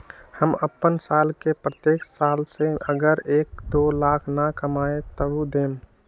हम अपन साल के प्रत्येक साल मे अगर एक, दो लाख न कमाये तवु देम?